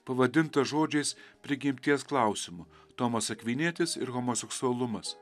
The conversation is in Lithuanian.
pavadintas žodžiais prigimties klausimu tomas akvinietis ir homoseksualumas